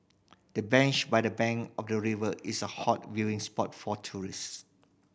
the bench by the bank of the river is a hot viewing spot for tourists